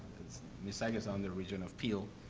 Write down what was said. mississauga's on the region of peel,